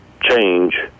change